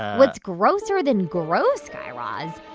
what's grosser than gross, guy raz,